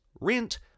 Rent